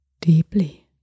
deeply